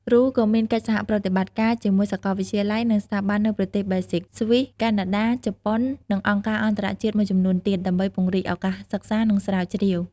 RULE ក៏មានកិច្ចសហប្រតិបត្តិការជាមួយសាកលវិទ្យាល័យ និងស្ថាប័ននៅប្រទេសបែលហ្ស៊ិក ស្វីស កាណាដា ជប៉ុន និងអង្គការអន្តរជាតិមួយចំនួនទៀត ដើម្បីពង្រីកឱកាសសិក្សា និងស្រាវជ្រាវ។